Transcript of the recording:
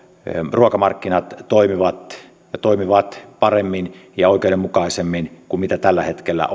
ruokamarkkinat toimivat paremmin ja oikeudenmukaisemmin kuin tällä hetkellä